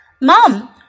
Mom